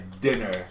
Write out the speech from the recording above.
dinner